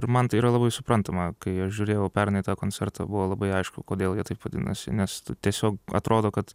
ir man tai yra labai suprantama kai aš žiūrėjau pernai tą koncertą buvo labai aišku kodėl jie taip vadinasi nes tu tiesiog atrodo kad